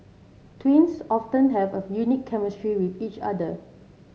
twins often have a unique chemistry with each other